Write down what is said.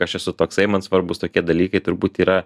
aš esu toksai man svarbūs tokie dalykai turbūt yra